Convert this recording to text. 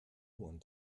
want